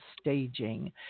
staging